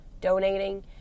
donating